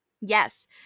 Yes